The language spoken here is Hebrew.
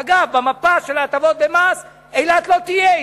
אגב, במפה של ההטבות במס אילת לא תהיה.